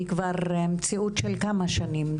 זו מציאות של כמה שנים.